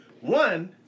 one